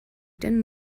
denn